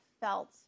felt